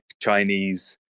Chinese